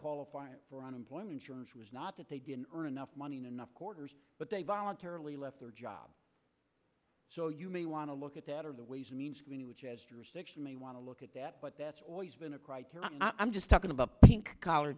qualify for unemployment was not that they didn't earn enough money and enough quarters but they voluntarily left their job so you may want to look at that or the way they want to look at that but that's always been a criteria i'm just talking about pink collar